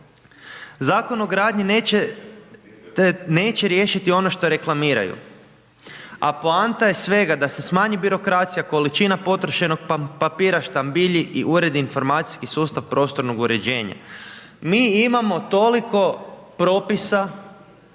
Zakon o gradnji neće riješiti ono što reklamiraju, a poanta je svega da se smanji birokracija, količina potrošenog papira štambilji i ured informacijski sustav prostornog uređenja. Mi imamo toliko propisa